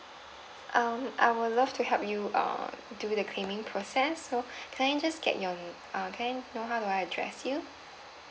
um I will love to help you err do the claiming process so can I just get your uh can I know how do I address you